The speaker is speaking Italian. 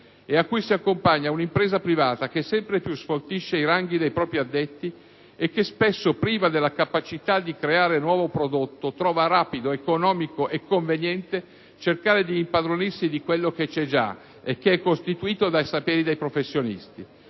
e a cui si accompagna un'impresa privata che sempre più sfoltisce i ranghi dei propri addetti e che, spesso priva della capacità di creare nuovo prodotto, trova rapido, economico e conveniente cercare di impadronirsi di quello che c'è già e che è costituito dai saperi dei professionisti.